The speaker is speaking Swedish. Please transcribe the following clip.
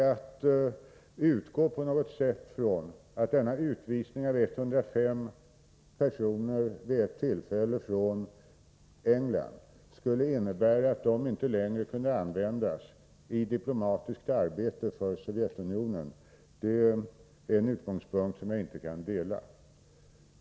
Att på något sätt utgå från att denna utvisning från England av 105 personer vid ett tillfälle skulle innebära att de inte längre kunde användas i diplomatiskt arbete för Sovjetunionen är en utgångspunkt som jag inte kan dela.